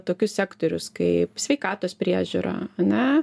tokius sektorius kaip sveikatos priežiūra ane